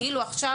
כאילו עכשיו,